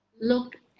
look